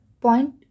Point